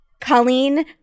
Colleen